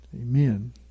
Amen